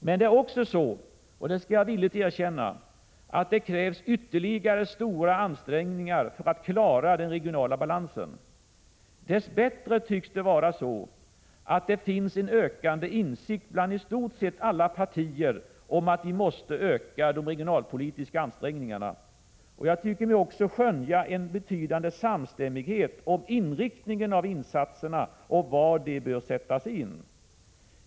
Men det är också så, det skall jag villigt erkänna, att det krävs ytterligare stora ansträngningar för att klara den regionala balansen. Dess bättre tycks det vara så, att det finns en ökande insikt bland i stort sett alla partier om att vi måste öka de regionalpolitiska ansträngningarna. Jag tycker mig också skönja en betydande samstämmighet om inriktningen av insatserna och om var de bör sättas in.